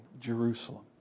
Jerusalem